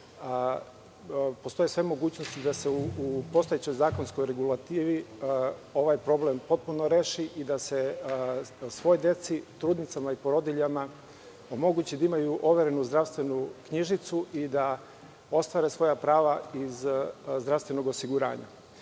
postoje sve mogućnosti da se u postojećoj zakonskoj regulativi ovaj problem potpuno reši i da se svoj deci, trudnicama i porodiljama omogući da imaju overenu zdravstvenu knjižicu i da ostvare svoja prava iz zdravstvenog osiguranja. Naime,